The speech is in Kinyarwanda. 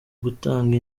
gutanga